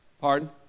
Pardon